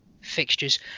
fixtures